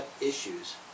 issues